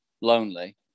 lonely